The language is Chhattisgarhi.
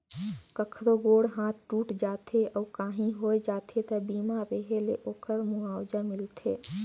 कखरो गोड़ हाथ टूट जाथे अउ काही होय जाथे त बीमा रेहे ले ओखर मुआवजा मिलथे